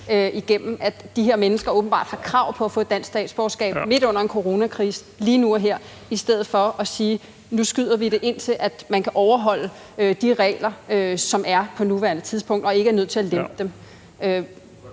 at de her mennesker åbenbart har krav på at få et dansk statsborgerskab lige nu og her, midt under en coronakrise, i stedet for at man siger: Nu udskyder vi det, indtil man kan overholde de regler, som der er på nuværende tidspunkt, og ikke er nødt til at lempe dem.